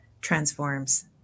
transforms